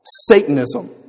Satanism